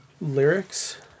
lyrics